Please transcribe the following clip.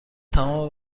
تمام